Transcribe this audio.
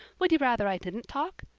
would you rather i didn't talk?